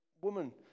woman